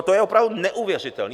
To je opravdu neuvěřitelné.